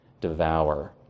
devour